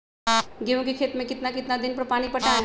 गेंहू के खेत मे कितना कितना दिन पर पानी पटाये?